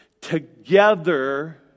together